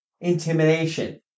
intimidation